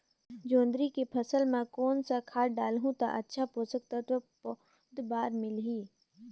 जोंदरी के फसल मां कोन सा खाद डालहु ता अच्छा पोषक तत्व पौध बार मिलही?